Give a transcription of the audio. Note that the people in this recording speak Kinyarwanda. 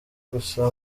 gusa